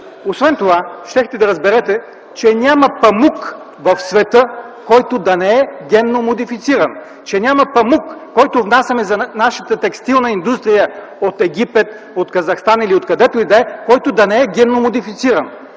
Освен това щяхте да разберете, че няма памук в света, който да не е генно модифициран, че няма памук, който внасяме за нашата текстилна индустрия от Египет, Казахстан или откъдето и да е, който да не е генно модифициран.